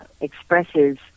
expresses